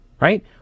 right